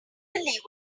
believe